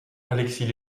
alexis